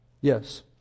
Yes